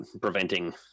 preventing